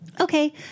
okay